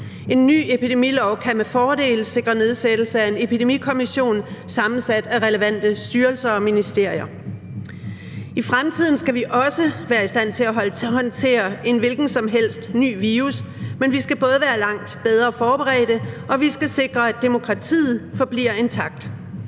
En ny epidemilov kan med fordel sikre nedsættelse af en epidemikommission sammensat af relevante styrelser og ministerier. I fremtiden skal vi også være i stand til at håndtere en hvilken som helst ny virus, men vi skal både være langt bedre forberedt, og vi skal sikre, at demokratiet forbliver intakt.